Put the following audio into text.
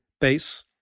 base